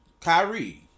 Kyrie